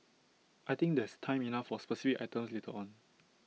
I think there's time enough for specific items later on